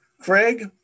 Craig